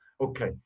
Okay